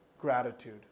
gratitude